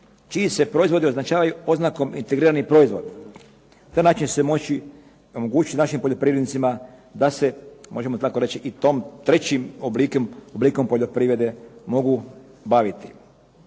čiji se proizvodi označavaju oznakom integriranih proizvoda, na taj način će se moći omogućiti našim poljoprivrednicima da možemo tako reći i trećim oblikom poljoprivrede mogu baviti,